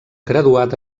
graduat